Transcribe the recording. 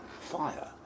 fire